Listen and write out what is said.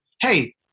hey